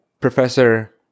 Professor